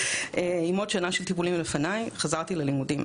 עוד שנה של טיפולים לפני, חזרתי ללימודים.